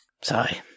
sorry